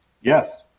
Yes